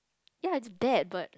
ya it's bad but